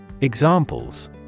Examples